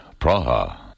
Praha